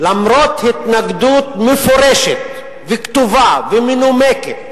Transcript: למרות התנגדות מפורשת וכתובה ומנומקת